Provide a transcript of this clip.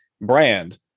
brand